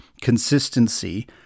consistency